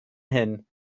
hyn